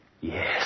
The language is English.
Yes